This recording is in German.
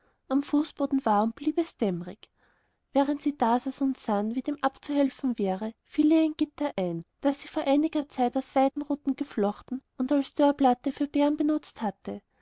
am fußboden war und blieb es dämmerig während sie dasaß und sann wie dem abzuhelfen wäre fiel ihr ein gitter ein das sie vor einiger zeit aus weidenruten geflochten und als dörrplatte für beeren benutzt hatte